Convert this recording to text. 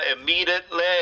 immediately